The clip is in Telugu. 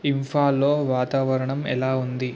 ఇంఫాలో వాతావరణం ఎలా ఉంది